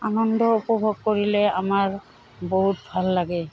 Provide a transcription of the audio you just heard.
আনন্দ উপভোগ কৰিলে আমাৰ বহুত ভাল লাগে